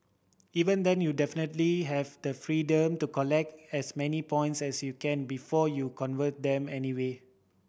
even then you definitely have the freedom to collect as many points as you can before you convert them anyway